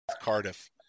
Cardiff